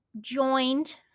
joined